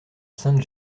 sainte